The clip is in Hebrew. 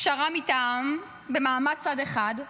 פשרה מטעם, במעמד צד אחד,